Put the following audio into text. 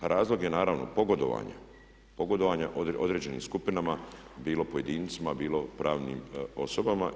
A razlog je naravno pogodovanja, pogodovanja određenim skupinama bilo pojedincima, bilo pravnim osobama.